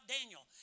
Daniel